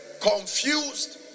confused